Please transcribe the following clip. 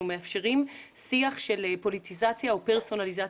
מאפשרים שיח של פוליטיזציה או פרסונליזציה.